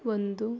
ಒಂದು